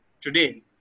today